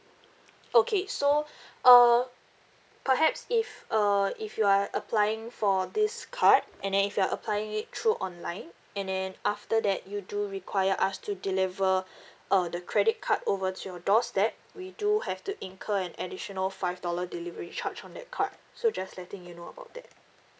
okay so uh perhaps if uh if you are applying for this card and then if you're applying it through online and then after that you do require us to deliver uh the credit card over to your doorstep we do have to incur an additional five dollar delivery charge on that card so just letting you know about that